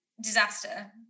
disaster